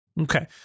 Okay